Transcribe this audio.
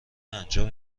انجام